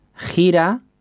Gira